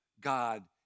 God